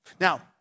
Now